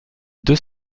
deux